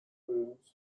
rooms